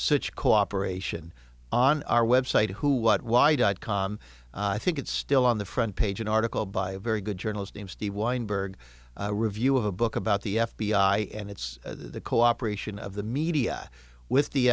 such cooperation on our website who what why dot com i think it's still on the front page an article by a very good journalist named steve weinberg review of a book about the f b i and it's the cooperation of the media with the